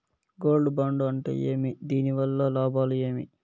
Gold bond అంటే ఏమి? దీని వల్ల లాభాలు ఏమి?